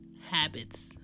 Habits